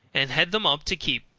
and head them up to keep.